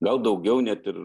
gal daugiau net ir